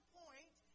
point